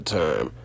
time